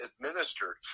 administered